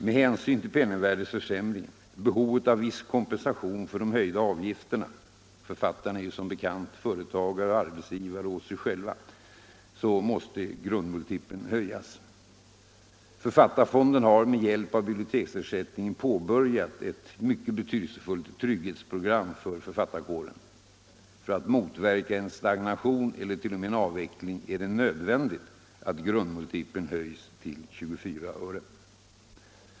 Med hänsyn till penningvärdeförsämringen, behovet av viss kompensation för de höjda avgifterna — författarna är som bekant företagare och arbetsgivare åt sig självå — måste grundmultipeln höjas. Författarfonden har med hjälp av biblioteksersättningen påbörjat ett mycket betydelsefullt trygghetsprogram för författarkåren. För att motverka en stagnation — eller t.o.m. en avveckling — är det nödvändigt att grundmultipeln höjs till 24 öre.